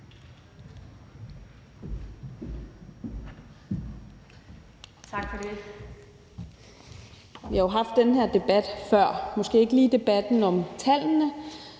Tak for det. Vi har jo haft den her debat før, måske ikke lige debatten om tallene,